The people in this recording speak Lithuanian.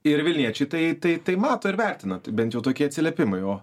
ir vilniečiai tai tai mato ir vertina tai bent jau slėpimui o